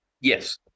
Yes